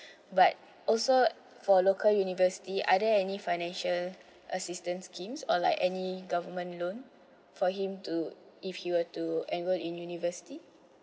but also for local university are there any financial assistance scheme or like any government loan for him to if he were to enroll university